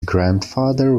grandfather